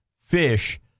fish